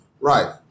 Right